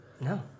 No